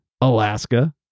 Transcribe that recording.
Alaska